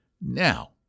Now